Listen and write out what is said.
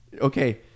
Okay